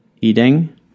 eating